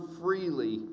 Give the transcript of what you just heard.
freely